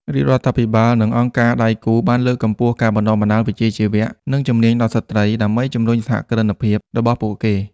រាជរដ្ឋាភិបាលនិងអង្គការដៃគូបានលើកកម្ពស់ការបណ្តុះបណ្តាលវិជ្ជាជីវៈ និងជំនាញដល់ស្ត្រីដើម្បីជំរុញសហគ្រិនភាពរបស់ពួកគេ។